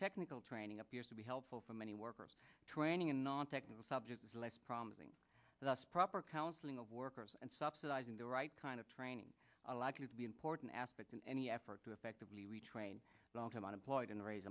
technical training appears to be helpful for many workers training in non technical subjects less promising us proper counseling of workers and subsidising the right kind of training a likely to be important aspect in any effort to effectively retrain the long term unemployed in the raise